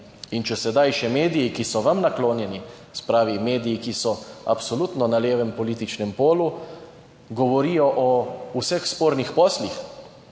In če sedaj še mediji, ki so vam naklonjeni, se pravi mediji, ki so absolutno na levem političnem polu govorijo o vseh spornih poslih,